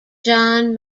jan